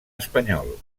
espanyol